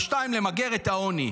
2. למגר את העוני.